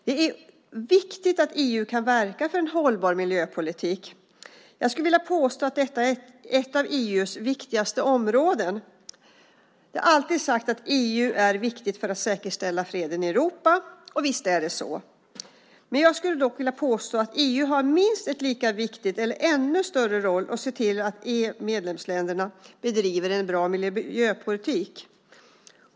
Det är viktigt att EU kan verka för en hållbar miljöpolitik. Jag skulle vilja påstå att det är ett av EU:s viktigaste områden. Det har alltid sagts att EU är viktigt för att säkerställa freden i Europa, och visst är det så. Jag skulle dock vilja påstå att EU har en minst lika viktig eller ännu större roll för att se till att medlemsländerna bedriver en bra miljöpolitik.